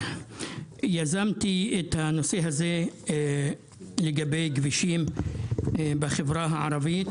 יזמתי את הנושא הזה, לגבי כבישים בחברה הערבית,